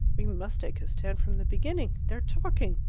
we must make a stand from the beginning. they're talking.